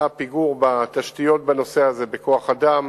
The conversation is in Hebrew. היה פיגור בתשתיות בנושא הזה, בכוח-אדם.